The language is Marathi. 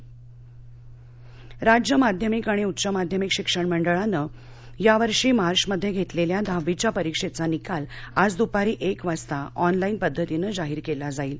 निकाल राज्य माध्यमिक आणि उच्च माध्यमिक शिक्षण मंडळानं यावर्षी मार्यमध्ये घेतलेल्या दहावीच्या परीक्षेचा निकाल आज दुपारी एक वाजता ऑनलाइन पद्धतीनं जाहीर केला जाईल